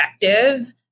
effective